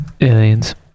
Aliens